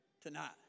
tonight